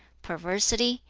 perversity,